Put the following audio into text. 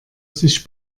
sich